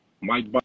Mike